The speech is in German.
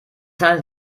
handelt